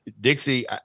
dixie